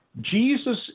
Jesus